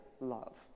love